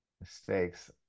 Mistakes